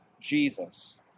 Jesus